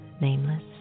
nameless